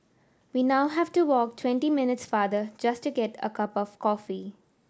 we now have to walk twenty minutes farther just to get a cup of coffee